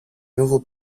nouveaux